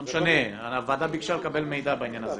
לא משנה, הוועדה ביקשה לקבל מידע בעניין הזה.